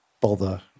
bother